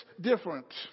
different